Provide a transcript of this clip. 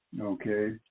okay